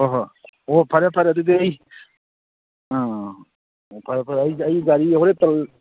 ꯍꯣꯏ ꯍꯣꯏ ꯑꯣ ꯐꯔꯦ ꯐꯔꯦ ꯑꯗꯨꯗꯤ ꯑꯩ ꯑꯥ ꯐꯔꯦ ꯐꯔꯦ ꯑꯩ ꯑꯩ ꯒꯥꯔꯤ ꯍꯣꯔꯦꯟ ꯇꯧ